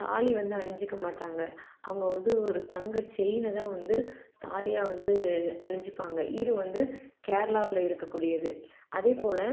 தாலி வந்து அணிஞ்சிக்க மாட்டாங்க அவங்க வந்து ஒரு தங்க செயினை தான் வந்து தாலியாக வந்து அணிஞ்சிப்பாங்க இது வந்து கேரளாவில் இருக்குக்கூடியது அதே போல்